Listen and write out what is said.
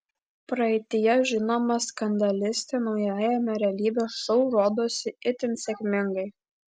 praeityje žinoma skandalistė naujajame realybės šou rodosi itin sėkmingai